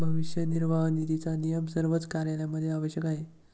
भविष्य निर्वाह निधीचा नियम सर्वच कार्यालयांमध्ये आवश्यक आहे